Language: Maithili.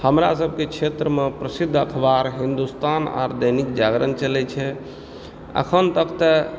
हमरा सबके क्षेत्रमे प्रसिद्ध अखबार हिन्दुस्तान आर दैनिक जागरण चलै छै अखन तक तऽ